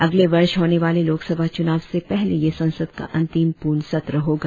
अगले वर्ष होने वाले लोकसभा चूनाव से पहले यह संसद का अंतिम पूर्ण सत्र होगा